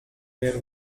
their